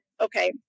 okay